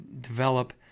develop